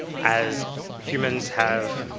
as humans have,